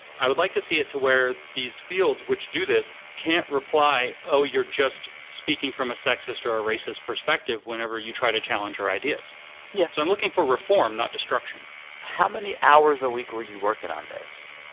i would like to see it to where these fields which do this can't reply, oh, you're just speaking from a sexist or a racist perspective whenever you try to challenge your ideas yeah so i'm looking for reform, not destruction how many hours a week were you working on this?